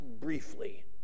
briefly